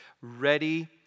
ready